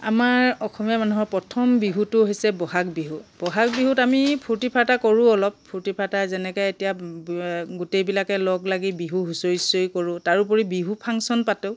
আমাৰ অসমীয়া মানুহৰ প্ৰথম বিহুটো হৈছে বহাগ বিহু বহাগ বিহুত আমি ফূৰ্তি ফাৰ্তা কৰোঁ অলপ ফূৰ্তি ফাৰ্তা যেনেকৈ এতিয়া গোটেইবিলাকে লগ লাগি বিহু হুঁচৰি চুচৰি কৰোঁ তাৰোপৰি বিহু ফাংশ্যন পাতোঁ